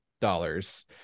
dollars